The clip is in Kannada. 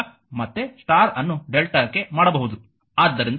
ಮತ್ತೆ ಸ್ಟಾರ್ ಅನ್ನು ಡೆಲ್ಟಾಕ್ಕೆ ಮಾಡಬಹುದು